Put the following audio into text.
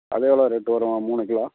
அது எவ்வளோ ரேட் வரும் மூணு கிலோ